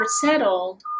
settled